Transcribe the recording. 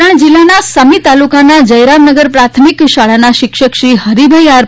પાટણ જિલ્લાના સમી તાલુકાના જયરામનગર પ્રાથમિક શાળાના શિક્ષકશ્રી હરિભાઈ આર